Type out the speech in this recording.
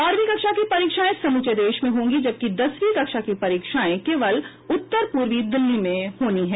बारहवीं कक्षा की परीक्षाएं समूचे देश में होंगी जबकि दसवीं कक्षा की परीक्षाएं केवल उत्तर पूर्वी दिल्ली में होनी है